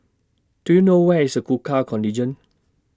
Do YOU know Where IS Gurkha Contingent